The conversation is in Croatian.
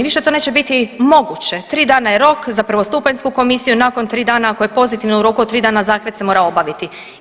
Više to neće biti moguće, 3 dana je rok za prvostupanjsku komisiju, nakon 3 dana ako je pozitivno, u roku od 3 dana zahvat se mora obaviti.